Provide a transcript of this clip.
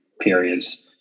periods